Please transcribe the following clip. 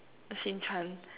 Shin-Chan